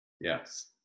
Yes